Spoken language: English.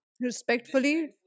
Respectfully